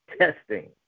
testing